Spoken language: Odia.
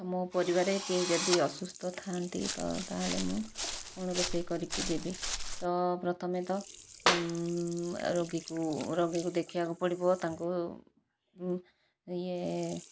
ମୋ ପରିବାରରେ କେହି ଯଦି ଅସୁସ୍ଥ ଥାଆନ୍ତି ତ ତାହେଲେ ମୁଁ କ'ଣ ରୋଷେଇ କରିକି ଦେବି ତ ପ୍ରଥମେ ତ ରୋଗୀକୁ ରୋଗୀକୁ ଦେଖିବାକୁ ପଡିବ ତାଙ୍କୁ ଇଏ